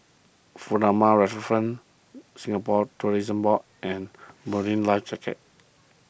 Furama Riverfront Singapore Tourism Board and Marine Life